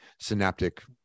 synaptic